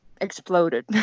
exploded